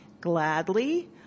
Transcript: gladly